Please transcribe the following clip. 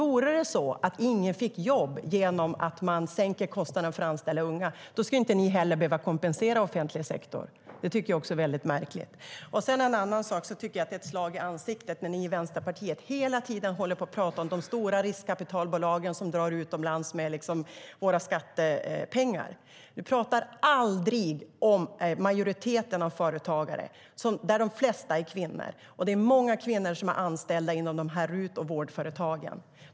Om ingen får jobb genom att man sänker kostnaden för att anställa unga ska ni inte behöva kompensera offentlig sektor. Det är märkligt. Det är ett slag i ansiktet när ni i Vänsterpartiet hela tiden pratar om de stora riskkapitalbolagen som drar utomlands med våra skattepengar. Håkan Svenneling pratar aldrig om den majoritet av företagare som är kvinnor. Många kvinnor är anställda inom RUT och vårdföretagen.